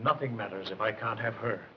nothing matters if i can't have her